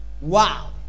wow